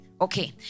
Okay